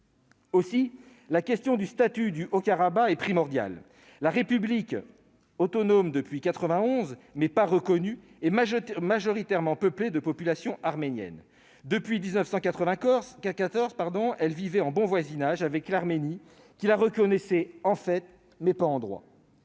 Aussi, la question du statut du Haut-Karabagh est primordiale. La république, autonome depuis 1991, mais pas reconnue, est majoritairement peuplée de populations arméniennes. Depuis 1994, elle vivait en bon voisinage avec l'Arménie, qui la reconnaissait en fait, mais pas en droit.